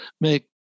make